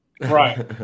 Right